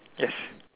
yes